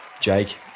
Jake